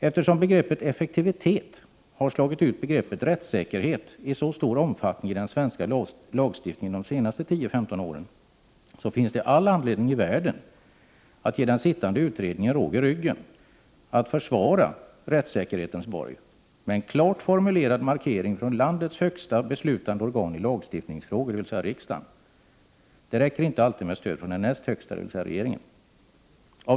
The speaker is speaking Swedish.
Eftersom begreppet ”effektivitet” har slagit ut begreppet ”rättssäkerhet” i så stor omfattning i den svenska lagstiftningen de senaste 10-15 åren, finns det all anledning i världen att ge den sittande utredningen råg i ryggen att försvara rättssäkerhetens borg med en klart formulerad markering från landets högsta beslutande organ i lagstiftningsfrågor, dvs. riksdagen. Det räcker inte alltid med stöd från det näst högsta organet, dvs. regeringen. Herr talman!